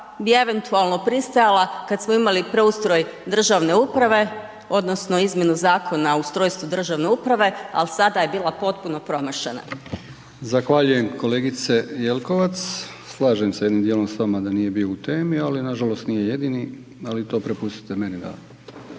bi eventualno pristajala kad smo imali preustroj državne uprave odnosno izmjenu Zakona o ustrojstvu državne uprave, ali sada je bila potpuno promašena. **Brkić, Milijan (HDZ)** Zahvaljujem kolegice Jelkovac, slažem se jednim dijelom s vama da nije bio u temi, ali nažalost nije jedini, ali to prepustite meni da